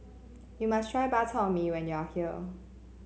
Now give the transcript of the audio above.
you must try Bak Chor Mee when you are here